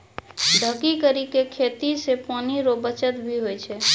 ढकी करी के खेती से पानी रो बचत भी हुवै छै